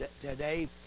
today